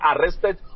arrested